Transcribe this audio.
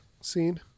scene